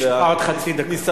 יש לך עוד חצי דקה.